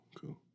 cool